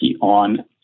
on